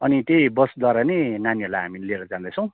अनि त्यही बसद्वारा नै नानीहरूलाई हामी लिएर जाँदैछौँ